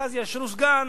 רק אז יאשרו סגן,